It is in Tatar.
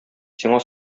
сиңа